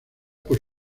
por